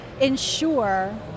ensure